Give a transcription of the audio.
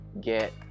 get